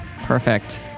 perfect